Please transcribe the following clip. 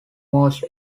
most